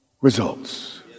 results